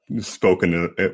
spoken